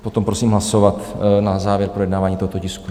Potom prosím hlasovat na závěr projednávání tohoto tisku.